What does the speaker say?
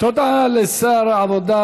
תודה לשר העבודה,